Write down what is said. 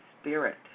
spirit